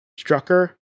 Strucker